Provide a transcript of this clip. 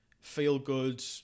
feel-good